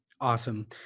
Awesome